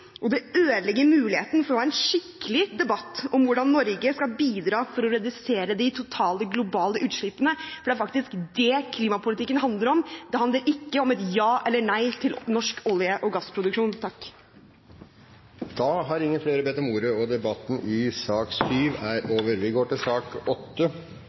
og det ødelegger muligheten for å ha en skikkelig debatt om hvordan Norge skal bidra til å redusere de totale globale utslippene. Det er faktisk det klimapolitikken handler om. Det handler ikke om et ja eller nei til norsk olje- og gassproduksjon. Flere har ikke bedt om ordet til sak nr. 7. Etter ønske fra energi- og